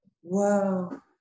Whoa